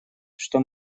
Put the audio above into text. что